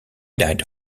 died